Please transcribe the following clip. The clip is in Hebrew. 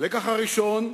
הלקח הראשון,